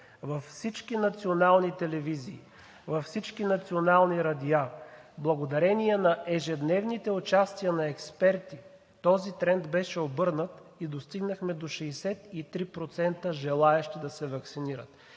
във всички национални телевизии, във всички национални радиа. Благодарение на ежедневните участия на експерти този тренд беше обърнат и достигнахме до 63% желаещи да се ваксинират.